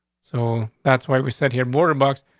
so that's why we said here border box.